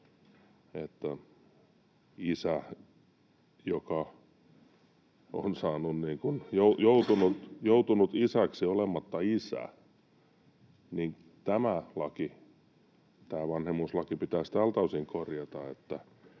jos isä on joutunut isäksi olematta isä. Tämä laki, tämä vanhemmuuslaki, pitäisi tältä osin korjata,